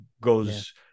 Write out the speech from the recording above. goes